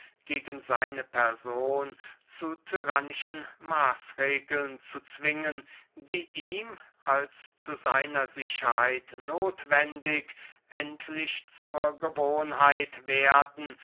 gegen seine person zu tyrannischen maßregeln zu zwingen die ihm als zu seiner sicherheit nothwendig endlich zur gewohnheit werden